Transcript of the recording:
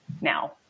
now